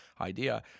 idea